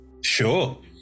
Sure